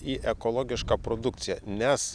į ekologišką produkciją nes